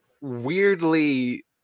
weirdly